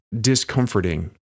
discomforting